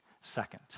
Second